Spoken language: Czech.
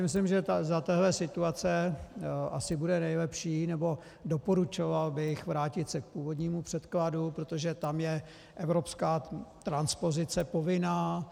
Myslím si, že za této situace asi bude nejlepší, nebo doporučoval bych vrátit se k původnímu předkladu, protože tam je evropská transpozice povinná.